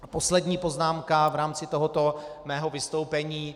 A poslední poznámka v rámci tohoto mého vystoupení.